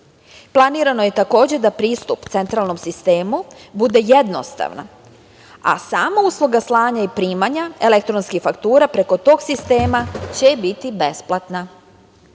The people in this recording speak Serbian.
Planirano je takođe da pristup centralnom sistemu bude jednostavna a sama usluga slanja i primanja elektronskih faktura preko tog sistema će biti besplatna.